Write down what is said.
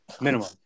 minimum